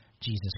Jesus